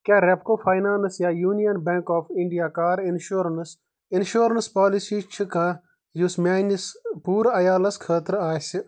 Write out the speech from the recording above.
کیٛاہ ریٚپکو فاینانٕس یا Union Bank of India car insurance insurance policy چھِ کانٛہہ یۄس میٛٲنِس ٲں پوٗرٕ عیالَس خٲطرٕ آسہِ